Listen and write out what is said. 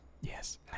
Yes